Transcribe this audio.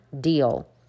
deal